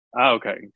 Okay